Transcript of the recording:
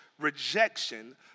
rejection